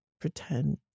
pretend